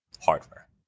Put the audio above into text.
hardware